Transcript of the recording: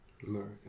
America